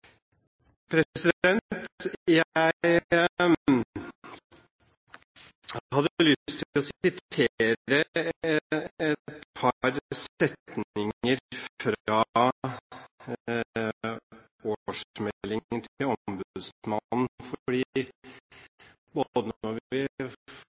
Jeg har lyst til å sitere et par setninger fra årsmeldingen til ombudsmannen. For